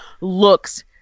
looks